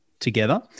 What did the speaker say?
Together